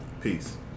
Peace